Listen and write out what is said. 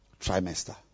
trimester